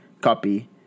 copy